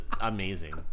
amazing